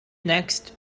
next